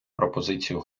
пропозицію